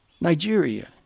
Nigeria